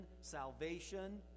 salvation